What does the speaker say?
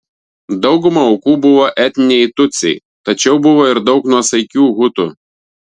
dauguma aukų buvo etniniai tutsiai tačiau buvo ir daug nuosaikių hutų